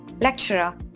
lecturer